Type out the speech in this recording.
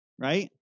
right